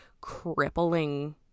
crippling